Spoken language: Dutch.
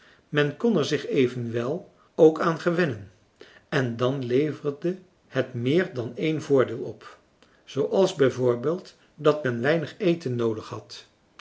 kon er zich evenwel ook aan gewennen en dan leverde het meer dan één voordeel op zooals bijvoorbeeld dat men weinig eten noodig had